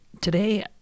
today